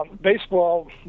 Baseball